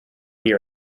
here